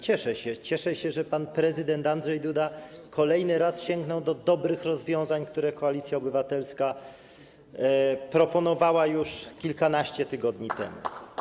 Cieszę się, że pan prezydent Andrzej Duda kolejny raz sięgnął do dobrych rozwiązań, które Koalicja Obywatelska proponowała już kilkanaście tygodni temu.